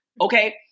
okay